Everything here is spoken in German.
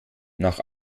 nach